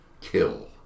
kill